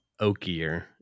oakier